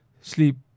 sleep